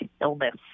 illness